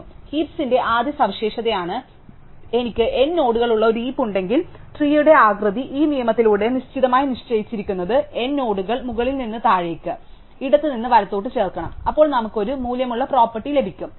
അതിനാൽ ഹീപിന്റെ ആദ്യ സവിശേഷതയാണ് എനിക്ക് n നോഡുകളുള്ള ഒരു ഹീപ് ഉണ്ടെങ്കിൽ ട്രീയുടെ ആകൃതി ഈ നിയമത്തിലൂടെ നിശ്ചിതമായി നിശ്ചയിച്ചിരിക്കുന്നത് n നോഡുകൾ മുകളിൽ നിന്ന് താഴേക്ക് ഇടത്തുനിന്ന് വലത്തോട്ട് ചേർക്കണം അപ്പോൾ നമുക്ക് ഒരു മൂല്യമുള്ള പ്രോപ്പർട്ടി ലഭിക്കും